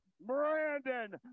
brandon